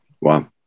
wow